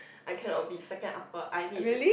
I cannot be second upper I need